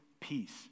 peace